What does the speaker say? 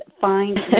Find